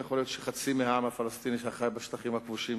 יכול להיות שחצי מהעם הפלסטיני שחי בשטחים הכבושים